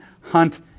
hunt